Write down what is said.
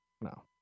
no